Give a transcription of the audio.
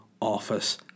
office